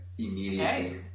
immediately